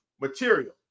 material